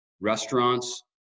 restaurants